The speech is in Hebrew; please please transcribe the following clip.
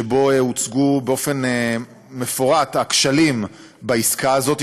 שבו הוצגו באופן מפורט הכשלים בעסקה הזאת,